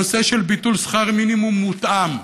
הנושא של ביטול שכר מינימום מותאם,